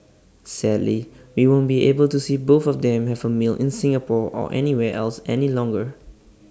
sadly we won't be able to see both of them have A meal in Singapore or anywhere else any longer